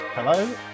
Hello